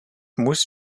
muss